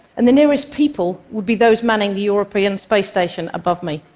and the nearest people would be those manning the european space station above me.